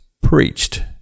preached